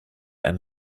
end